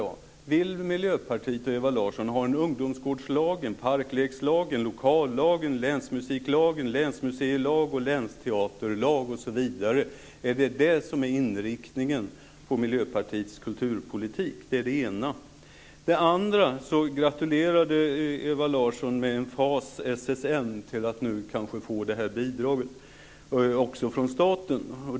Jag undrar om Miljöpartiet och Ewa Larsson vill ha en ungdomsgårdslag, en parklekslag, en lokallag, en länsmusiklag, en länsmuseilag, en länsteaterlag osv. Är det inriktningen av Miljöpartiets kulturpolitik? Det var det ena. Det andra var att Ewa Larsson med emfas gratulerade SSM till att nu kanske komma att få bidrag också från staten.